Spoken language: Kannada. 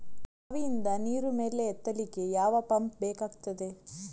ಬಾವಿಯಿಂದ ನೀರು ಮೇಲೆ ಎತ್ತಲಿಕ್ಕೆ ಯಾವ ಪಂಪ್ ಬೇಕಗ್ತಾದೆ?